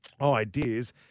ideas